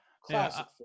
Classic